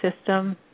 system